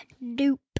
Nope